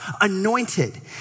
anointed